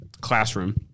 classroom